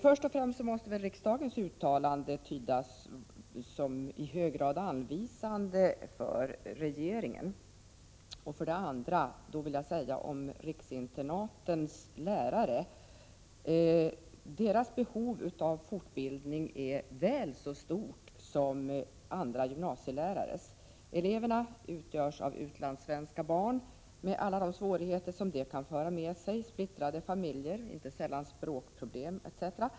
För det första måste riksdagens uttalande tydas som i hög grad anvisande för regeringen. För det andra är behovet av fortbildning väl så stort för 27 riksinternatens lärare som för andra gymnasielärare. Eleverna utgörs av utlandssvenska barn, med alla de svårigheter som det kan föra med sig, t.ex. splittrade familjer och inte sällan språkproblem.